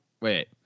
Wait